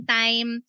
time